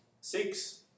six